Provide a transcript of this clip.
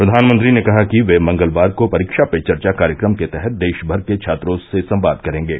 प्रधानमंत्री ने कहा कि वे मंगलवार को परीक्षा पे चर्चा कार्यक्रम के तहत देश भर के छात्रों से संवाद करेंगे